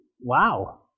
wow